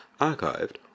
archived